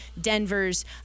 Denver's